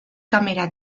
kamera